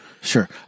Sure